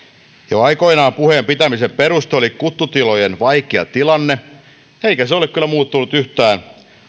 jo aikoinaan puheen pitämisen peruste oli kuttutilojen vaikea tilanne eikä se ole kyllä muuttunut yhtään